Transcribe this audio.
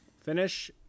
Finish